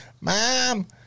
mom